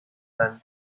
and